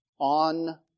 on